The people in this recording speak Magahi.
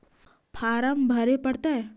फार्म भरे परतय?